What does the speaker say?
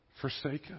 forsaken